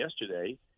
yesterday